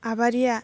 आबारिया